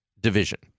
division